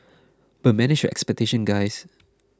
but manage your expectations guys